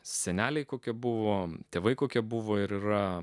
seneliai kokia buvo tėvai kokia buvo ir yra